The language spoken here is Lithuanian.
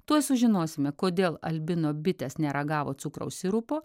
tuoj sužinosime kodėl albino bitės neragavo cukraus sirupo